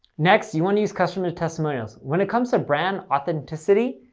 next, you want to use customer testimonials. when it comes to brand authenticity,